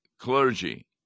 clergy